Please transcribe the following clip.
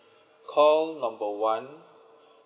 call number one